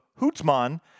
Hootsman